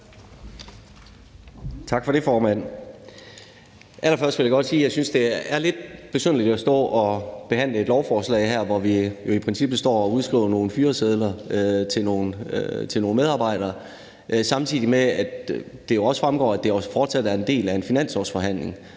Tak for det, formand. Allerførst vil jeg godt sige, at jeg synes, det er lidt besynderligt at stå her og behandle et lovforslag, hvormed vi jo i princippet står og udskriver nogle fyresedler til nogle medarbejdere, samtidig med at det jo også fremgår, at det også fortsat er en del af en finanslovsforhandling.